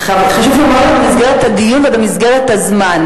חשוב שהוא יאמר לנו במסגרת הדיון ובמסגרת הזמן.